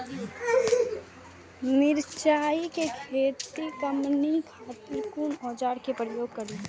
मिरचाई के खेती में कमनी खातिर कुन औजार के प्रयोग करी?